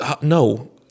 No